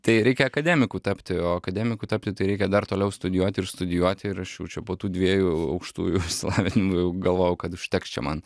tai reikia akademiku tapti o akademiku tapti tai reikia dar toliau studijuoti ir studijuoti ir aš jau čia po tų dviejų aukštųjų išsilavinimų jau galvojau kad užteks čia man